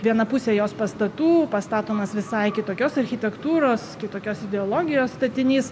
viena pusė jos pastatų pastatomas visai kitokios architektūros kitokios ideologijos statinys